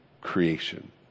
creation